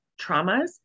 traumas